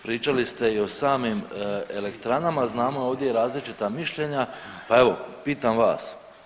Pričali ste i o samim elektranama, znamo ovdje različita mišljenja pa evo pitam vas.